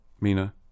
Mina